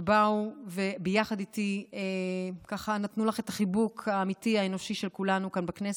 שבאו וביחד איתי נתנו לך את החיבוק האמיתי האנושי של כולנו כאן בכנסת.